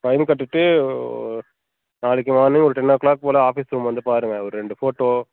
fine கட்டிட்டு நாளைக்கு morning ஒரு டென் ஓ க்ளாக் போல ஆஃபீஸ் ரூம் வந்து பாருங்க ஒரு ரெண்டு ஃபோட்டோ